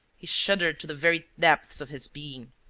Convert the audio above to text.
he shuddered to the very depths of his being.